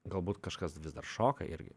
galbūt kažkas vis dar šoka irgi